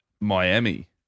Miami